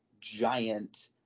giant